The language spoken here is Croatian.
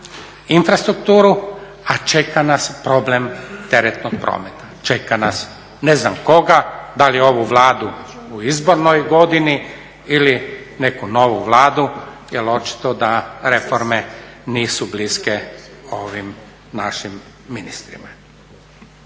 infrastrukturu a čeka nas problem teretnog prometa, čeka nas. Ne znam koga, da li ovu Vladu u izbornoj godini ili neku novu Vladu, jer očito da reforme nisu bliske ovim našim ministrima.